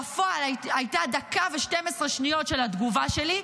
בפועל היו דקה ו-12 שניות של התגובה שלי,